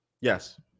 Yes